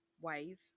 Wave